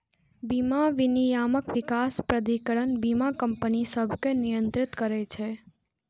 बीमा विनियामक विकास प्राधिकरण बीमा कंपनी सभकें नियंत्रित करै छै